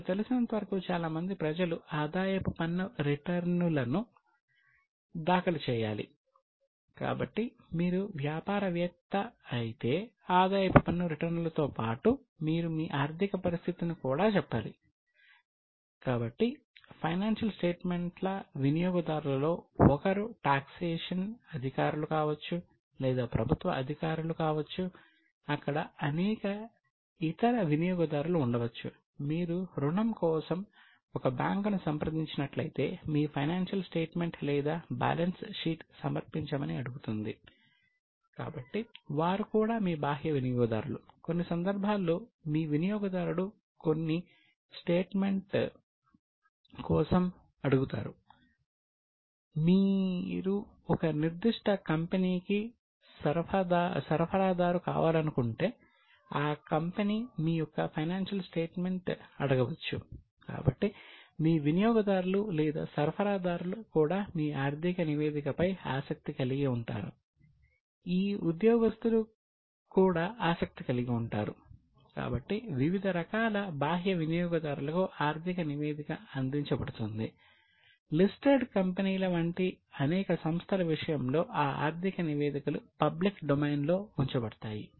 మీకు తెలిసినంతవరకు చాలా మంది ప్రజలు ఆదాయపు పన్ను రిటర్నులనులో ఉంచబడతాయి